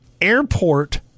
airport